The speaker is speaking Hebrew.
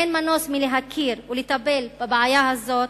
אין מנוס מלהכיר בבעיה הזאת